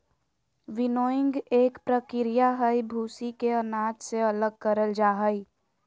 winnowing एक प्रक्रिया हई, भूसी के अनाज से अलग करल जा हई